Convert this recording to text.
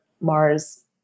Mars